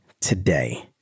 today